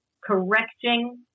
correcting